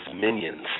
minions